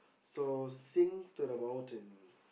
so sing to the mountains